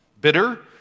bitter